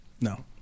No